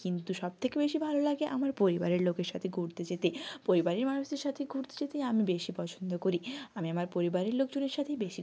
কিন্তু সব থেকে বেশি ভালো লাগে আমার পরিবারের লোকের সাথে ঘুরতে যেতে পরিবারের মানুষদের সাথে ঘুরতে যেতেই আমি বেশি পছন্দ করি আমি আমার পরিবারের লোকজনের সাথেই বেশি